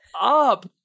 up